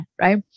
right